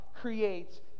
creates